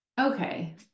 okay